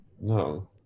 No